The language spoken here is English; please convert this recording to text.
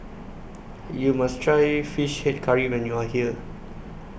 YOU must Try Fish Head Curry when YOU Are here